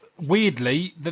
weirdly